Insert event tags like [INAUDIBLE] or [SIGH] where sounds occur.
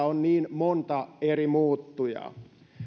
[UNINTELLIGIBLE] on niin monta eri muuttujaa